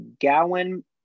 Gowan